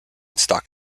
stock